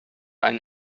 einen